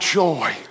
joy